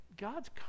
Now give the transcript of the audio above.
God's